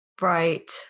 Right